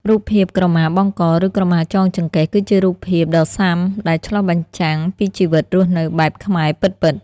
រូបភាពក្រមាបង់ក ឬក្រមាចងចង្កេះ គឺជារូបភាពដ៏ស៊ាំដែលឆ្លុះបញ្ចាំងពីជីវិតរស់នៅបែបខ្មែរពិតៗ។